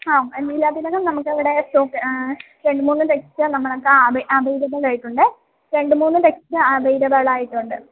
ആ ലീലാതിലകം നമുക്കിവിടെ സ്റ്റോക്ക് രണ്ട് മൂന്ന് ടെക്സ്റ്റ് നമുക്ക് അവൈലബിളായിട്ടുണ്ട് രണ്ട് മൂന്ന് ടെക്സ്റ്റ് അവൈലബിളായിട്ടുണ്ട്